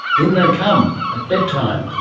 in they come at bedtime,